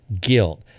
guilt